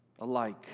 alike